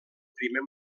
primer